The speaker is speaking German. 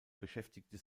beschäftigte